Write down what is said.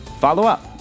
follow-up